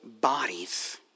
bodies